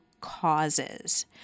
causes